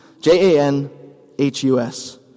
J-A-N-H-U-S